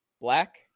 Black